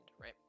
right